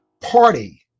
party